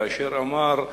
כאשר אמר: